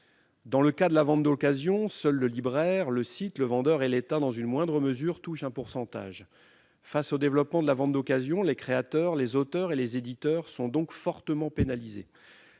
Dans le cas de la vente d'occasion, seuls le libraire, le site, le vendeur et, dans une moindre mesure, l'État touchent un pourcentage. Face au développement de la vente d'occasion, les créateurs, les auteurs et les éditeurs sont donc fortement pénalisés.